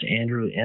Andrew